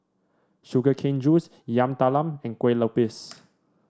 Sugar Cane Juice Yam Talam and Kue Lupis